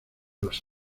las